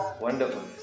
Wonderful